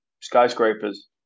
skyscrapers